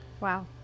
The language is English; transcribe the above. wow